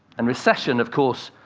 and recession, of course,